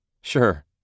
Sure